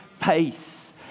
pace